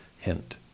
hint